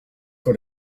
for